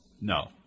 No